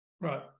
Right